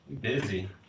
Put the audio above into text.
busy